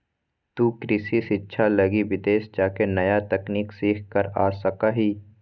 तु कृषि शिक्षा लगी विदेश जाके नया तकनीक सीख कर आ सका हीं